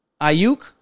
Ayuk